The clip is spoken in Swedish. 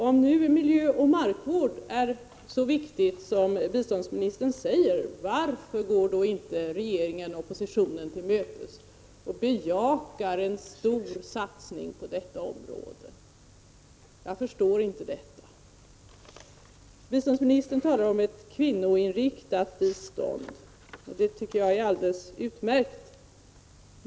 Om nu miljöoch markvård är så viktigt som biståndsministern säger, varför går då inte regeringen oppositionen till mötes och bejakar en stor satsning på detta område? Jag förstår inte det. Biståndsministern talar om ett kvinnoinriktat bistånd. Det är alldeles utmärkt.